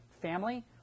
family